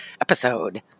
episode